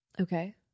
Okay